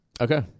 Okay